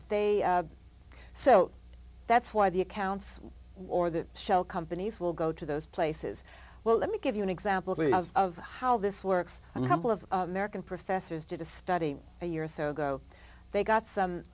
they so that's why the accounts or the shell companies will go to those places well let me give you an example of how this works and how full of american professors did a study a year or so ago they got some